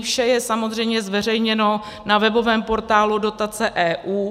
Vše je samozřejmě zveřejněno na webovém portálu Dotace EU.